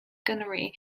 gunnery